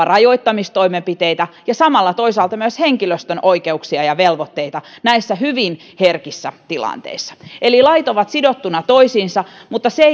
rajoittamistoimenpiteitä ja samalla toisaalta myös henkilöstön oikeuksia ja velvoitteita näissä hyvin herkissä tilanteissa eli lait ovat sidottuina toisiinsa mutta se